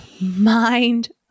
Mind